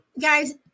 guys